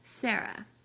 Sarah